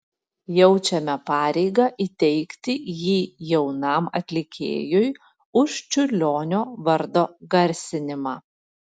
jaučiame pareigą įteikti jį jaunam atlikėjui už čiurlionio vardo garsinimą